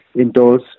indoors